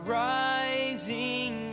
rising